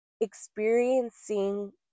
experiencing